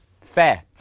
Fair